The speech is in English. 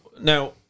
now